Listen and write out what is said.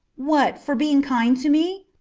what, for being kind to me?